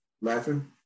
laughing